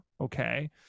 Okay